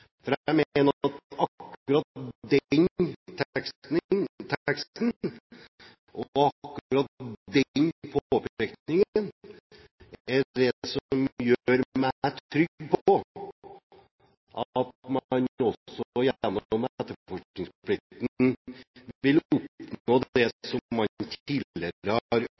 Akkurat den teksten og akkurat den påpekningen er det som gjør meg trygg på at man også gjennom etterforskningsplikten vil oppnå